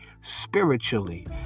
spiritually